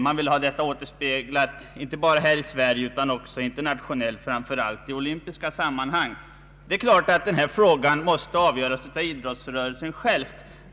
Man vill ha detta återspeglat inte bara här i Sverige utan också internationellt, framför allt i olympiska sammanhang. Det är klart att den här frågan måste avgöras av idrottsrörelsen själv.